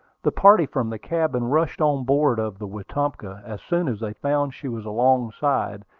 the party from the cabin rushed on board of the wetumpka as soon as they found she was alongside,